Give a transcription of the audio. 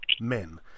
men